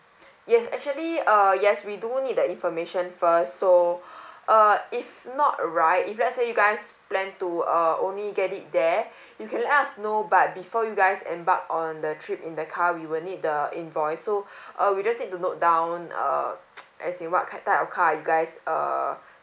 yes actually uh yes we do need the information first so uh if not right if let's say you guys plan to uh only get it there you can let us know but before you guys embark on the trip in the car we will need the invoice so uh we just need to note down uh as in what ki~ type of car you guys uh